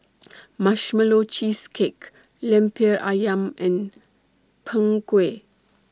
Marshmallow Cheesecake Lemper Ayam and Png Kueh